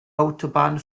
autobahn